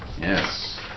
Yes